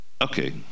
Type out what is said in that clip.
Okay